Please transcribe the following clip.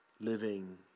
living